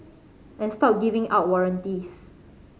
and stop giving out warranties